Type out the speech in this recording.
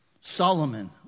Solomon